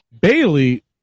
Bailey